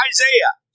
Isaiah